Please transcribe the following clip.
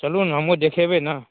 चलू ने हमहूँ देखेबै ने